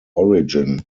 origin